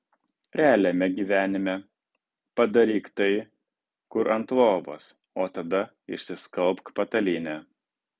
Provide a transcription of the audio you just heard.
realiame gyvenime padaryk tai kur ant lovos o tada išsiskalbk patalynę